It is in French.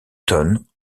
tonnes